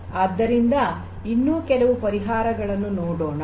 ಆದ್ದರಿಂದ ಇನ್ನೂ ಕೆಲವು ಪರಿಹಾರಗಳನ್ನು ನೋಡೋಣ